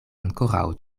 ankoraŭ